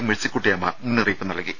മേഴ്സിക്കുട്ടിയമ്മ മുന്നറിയിപ്പ് നൽകി